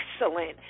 excellent